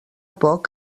poc